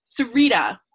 Sarita